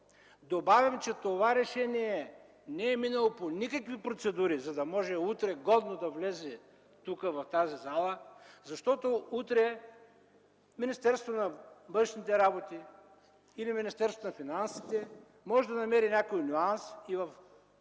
Добавям, че това решение не е минало по никакви процедури, за да може утре годно да влезе в тази зала. Защото утре Министерството на външните работи или Министерството на финансите може да намери някой нюанс и в хода на